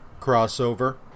crossover